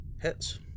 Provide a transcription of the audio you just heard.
Hits